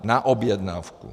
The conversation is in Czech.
Na objednávku.